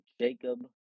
jacob